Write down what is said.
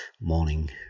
morning